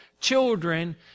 children